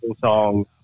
song